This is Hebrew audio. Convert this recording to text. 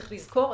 צריך לזכור,